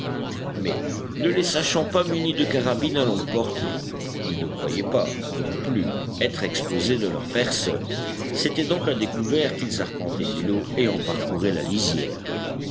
mais ne les sachant pas munis de carabines à longue portée ils ne croyaient pas non plus être exposés de leur personne c'était donc à découvert qu'ils arpentaient l'îlot et en parcouraient la lisière